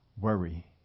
worry